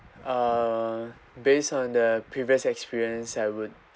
uh based on the previous experience I would